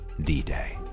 D-Day